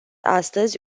astăzi